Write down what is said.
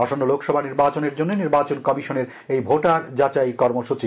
আসন্ন লোকসভা নির্বাচনের জন্য নির্বাচন কমিশনের এই ভোটার যাচাই কর্মসূচি